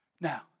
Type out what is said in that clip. Now